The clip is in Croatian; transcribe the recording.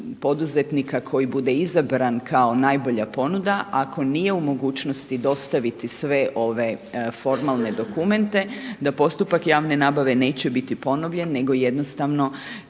poduzetnika koji bude izabran kao najbolja ponuda ako nije u mogućnosti dostaviti sve ove formalne dokumente da postupak javne nabave neće biti ponovljen, nego jednostavno